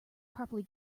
properly